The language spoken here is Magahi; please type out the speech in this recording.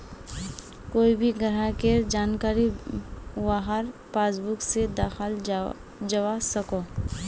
कोए भी ग्राहकेर जानकारी वहार पासबुक से दखाल जवा सकोह